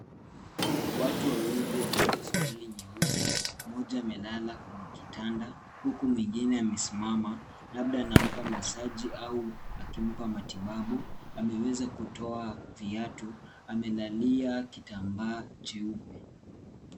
Watu wawili wamevaa suruali nyeusi, mmoja amelala kwenye kitanda, huku mwingine amesimama, labda anampa masaji au akimpa matibabu, ameweza kutoa viatu, amelelia kitambaa cheupe.